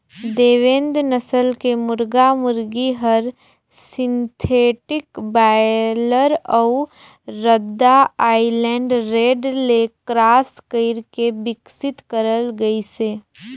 देवेंद नसल के मुरगा मुरगी हर सिंथेटिक बायलर अउ रद्दा आइलैंड रेड ले क्रास कइरके बिकसित करल गइसे